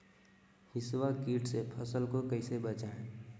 हिसबा किट से फसल को कैसे बचाए?